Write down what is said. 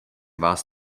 vás